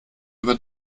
über